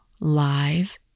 live